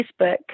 Facebook